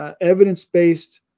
evidence-based